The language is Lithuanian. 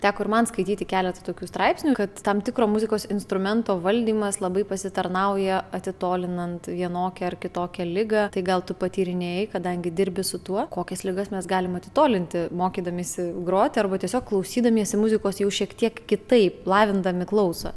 teko ir man skaityti keletą tokių straipsnių kad tam tikro muzikos instrumento valdymas labai pasitarnauja atitolinant vienokią ar kitokią ligą tai gal tu patyrinėjai kadangi dirbi su tuo kokias ligas mes galim atitolinti mokydamiesi groti arba tiesiog klausydamiesi muzikos jau šiek tiek kitaip lavindami klausą